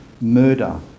murder